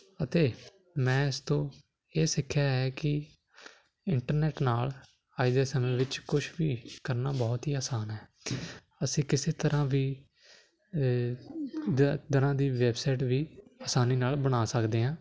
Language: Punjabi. ਅਤੇ ਮੈਂ ਇਸ ਤੋਂ ਇਹ ਸਿੱਖਿਆ ਹੈ ਕਿ ਇੰਟਰਨੈਟ ਨਾਲ ਅੱਜ ਦੇ ਸਮੇਂ ਵਿੱਚ ਕੁਛ ਵੀ ਕਰਨਾ ਬਹੁਤ ਹੀ ਆਸਾਨ ਹੈ ਅਸੀਂ ਕਿਸੇ ਤਰ੍ਹਾਂ ਵੀ ਦ ਦਰਾਂ ਦੀ ਵੈਬਸਾਈਟ ਵੀ ਆਸਾਨੀ ਨਾਲ ਬਣਾ ਸਕਦੇ ਹਾਂ